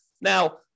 Now